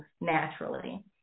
naturally